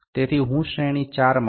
તેથી હું શ્રેણી 4 માંથી 1